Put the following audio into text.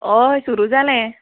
हय सुरू जालें